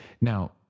Now